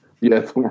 Yes